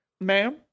Ma'am